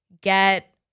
get